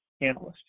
analyst